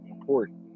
important